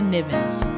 Nivens